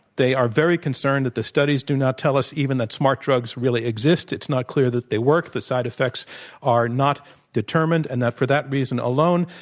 they are very concerned that the studies do not tell us even that smart drugs really exist. it's not clear that they work. the side effects are not determined, and for that reason alone,